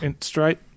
straight